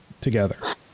together